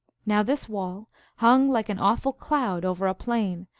now this wall hung like an awful cloud over a plain,